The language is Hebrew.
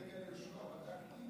לגבי יגאל יהושע בדקתי,